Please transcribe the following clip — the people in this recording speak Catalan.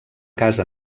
casa